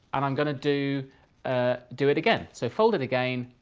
and i'm going to do ah do it again. so fold it again,